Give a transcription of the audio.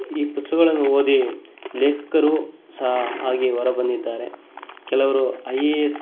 ಈ ಪುಸ್ತಕಗಳನ್ನು ಓದಿ ಲೇಖಕರು ಸಹ ಆಗಿ ಹೊರ ಬಂದಿದ್ದಾರೆ ಕೆಲವರು ಐ ಎ ಎಸ್